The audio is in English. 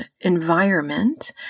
environment